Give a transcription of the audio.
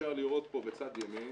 אפשר לראות פה בצד ימין,